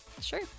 Sure